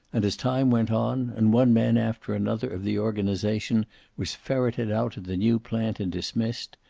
and as time went on, and one man after another of the organization was ferreted out at the new plant and dismissed,